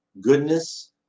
goodness